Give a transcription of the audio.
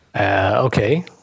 okay